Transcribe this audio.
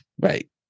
right